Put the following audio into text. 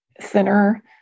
thinner